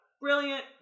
brilliant